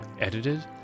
Edited